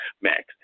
max